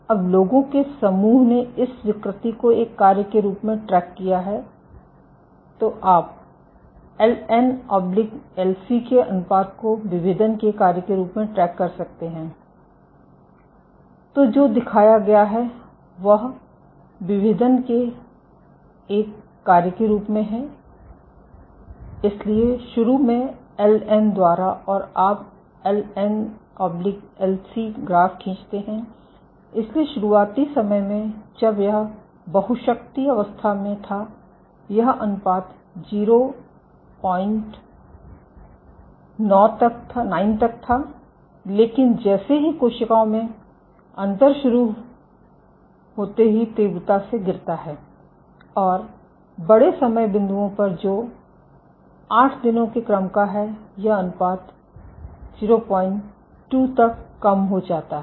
अब लोगों के समूह ने इस विकृति को एक कार्य के रूप में ट्रैक किया है तो आप एलएनएलसी के अनुपात को विभेदन के कार्य के रूप में ट्रैक कर सकते हैं तो जो दिखाया गया है वह विभेदन के एक कार्य के रूप में है इसलिए शुरू में एलएन द्वारा और आप एलएनएलसी ग्राफ खींचते है इसलिए शुरुआती समय में जब यह बहुशक्ति अवस्था में था यह अनुपात 09 तक था लेकिन जैसे ही कोशिकाओं में अंतर शुरू होते ही तीव्रता से गिरता है और बड़े समय बिंदुओं पर जो 8 दिनों के क्रम का है यह अनुपात 02 तक कम हो जाता है